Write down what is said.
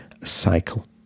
cycle